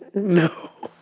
no